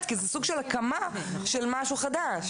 כי זה סוג של הקמה של משהו חדש.